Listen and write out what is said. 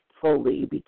fully